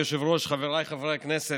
אדוני היושב-ראש, חבריי חברי הכנסת,